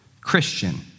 Christian